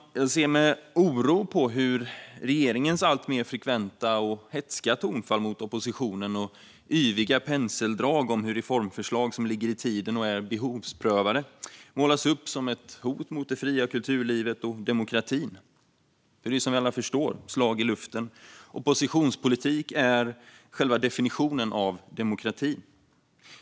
Jag ser med oro på regeringens alltmer frekventa och hätska tonfall mot oppositionen och hur reformförslag som ligger i tiden och är behovsprövade målas upp med yviga penseldrag som hot mot det fria kulturlivet och demokratin. Det är som vi alla förstår slag i luften. Oppositionspolitik är själva definitionen av demokrati.